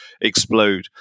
explode